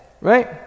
Right